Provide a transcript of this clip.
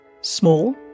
Small